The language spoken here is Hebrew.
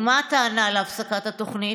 ומה הטענה להפסקת התוכנית?